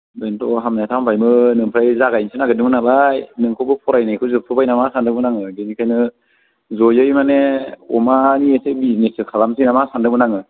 बेनोथ' हामनाया थ' हामबायमोन ओमफ्राय जागायनोसो नागिरदोंमोन नालाय नोंखौबो फरायनायखौ जोबथ'बाय नामा सानदोंमोन आङो बेनिखायनो जयै माने अमानि एसे बिजनेससो खालामसै नामा सानदोंमोन आङो